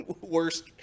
worst